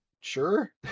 Sure